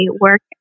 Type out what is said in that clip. work